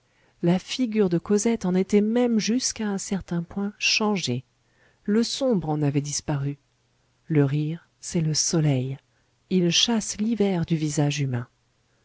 la figure de cosette en était même jusqu'à un certain point changée le sombre en avait disparu le rire c'est le soleil il chasse l'hiver du visage humain